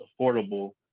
affordable